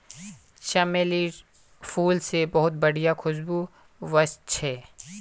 चमेलीर फूल से बहुत बढ़िया खुशबू वशछे